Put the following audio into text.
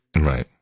right